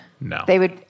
No